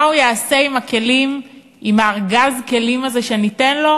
מה הוא יעשה עם ארגז הכלים הזה שניתן לו?